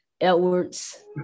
Edwards